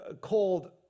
called